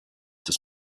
das